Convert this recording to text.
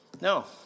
No